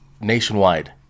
nationwide